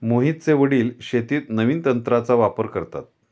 मोहितचे वडील शेतीत नवीन तंत्राचा वापर करतात